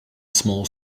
small